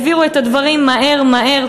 העבירו את הדברים מהר מהר,